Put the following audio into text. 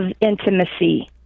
intimacy